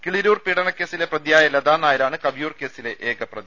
കിളിരൂർ പീഡന ക്കേസിലെ പ്രതിയായ ലതാ നായരാണ് കവിയൂർ കേസിലെ ഏകപ്രതി